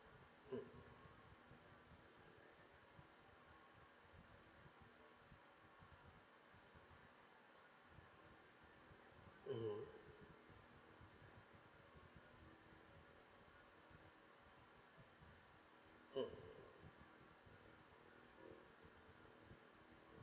mm mmhmm mm